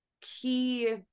key